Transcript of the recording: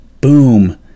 Boom